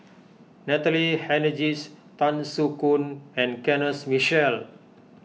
Natalie Hennedige's Tan Soo Khoon and Kenneth Mitchell